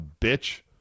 bitch